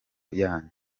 yanyu